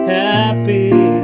happy